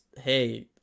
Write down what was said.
hey